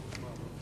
גברתי